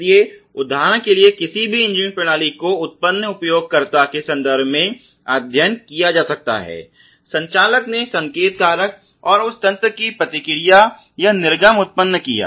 इसलिए उदाहरण के लिए किसी भी इंजीनियरिंग प्रणाली को उत्पन्न उपयोगकर्ता के संदर्भ में अध्ययन किया जा सकता है संचालक ने संकेत कारक और उस तंत्र की प्रतिक्रिया या निर्गम उत्पन्न किया